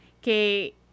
que